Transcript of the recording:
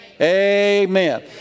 Amen